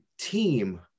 team